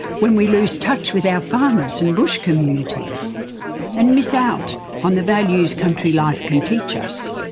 when we lose touch with our farmers and bush communities and miss out on the values country life can teach us.